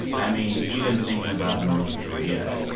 i mean, even thinking about north korea,